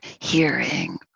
hearing